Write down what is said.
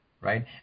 Right